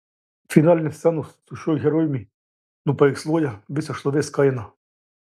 finalinės scenos su šiuo herojumi nupaveiksluoja visą šlovės kainą